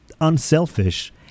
unselfish